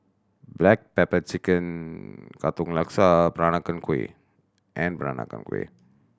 black pepper chicken Katong Laksa Peranakan Kueh and Peranakan Kueh